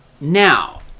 Now